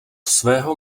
svého